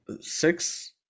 six